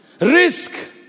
risk